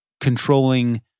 controlling